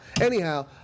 Anyhow